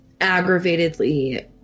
aggravatedly